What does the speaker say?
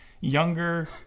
younger